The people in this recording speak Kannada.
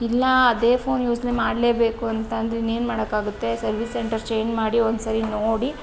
ಇಲ್ಲ ಅದೇ ಫೋನ್ ಯೂಸ್ನೇ ಮಾಡಲೇಬೇಕು ಅಂತ ಅಂದರೆ ಇನ್ನೇನು ಮಾಡೋಕ್ಕಾಗುತ್ತೆ ಸರ್ವಿಸ್ ಸೆಂಟರ್ ಚೇಂಜ್ ಮಾಡಿ ಒಂದ್ಸರಿ ನೋಡಿ